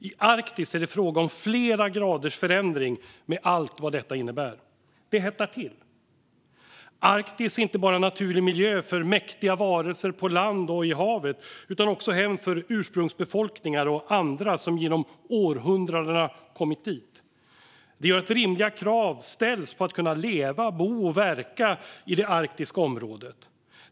I Arktis är det fråga om flera graders förändring, med allt vad det innebär. Det hettar till. Arktis är inte bara en naturlig miljö för mäktiga varelser på land och i havet utan också hem för ursprungsbefolkningar och andra som genom århundradena kommit dit. Det gör att rimliga krav ställs på att kunna leva, bo och verka i det arktiska området.